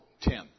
ten